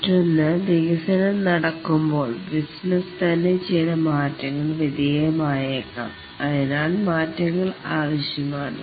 മറ്റൊന്ന് വികസനം നടക്കുമ്പോൾ ബിസിനസ് തന്നെ ചില മാറ്റങ്ങൾക്ക് വിധേയമായേക്കാം അതിനാൽ മാറ്റങ്ങൾ ആവശ്യമാണ്